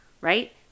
right